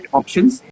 options